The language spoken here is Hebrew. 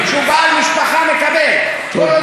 יש כאלה עם שני ילדים ומקבלים 4,000,